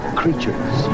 creatures